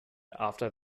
after